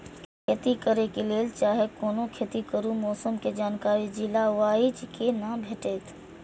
खेती करे के लेल चाहै कोनो खेती करू मौसम के जानकारी जिला वाईज के ना भेटेत?